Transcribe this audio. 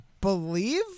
believe